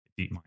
DeepMind